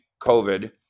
COVID